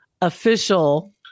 official